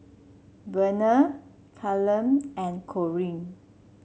Vernon Callum and Corrie